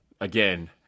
again